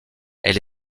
elle